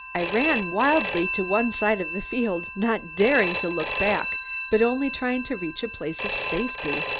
i ran wildly to one side of the field, not daring to look back but only trying to reach a place of safety.